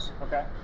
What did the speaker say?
okay